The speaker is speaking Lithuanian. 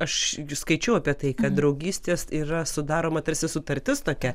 aš skaičiau apie tai kad draugystės yra sudaroma tarsi sutartis tokia